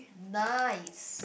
nice